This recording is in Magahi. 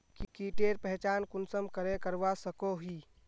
कीटेर पहचान कुंसम करे करवा सको ही?